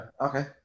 okay